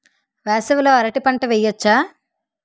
వేసవి లో అరటి పంట వెయ్యొచ్చా?